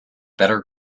better